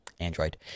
Android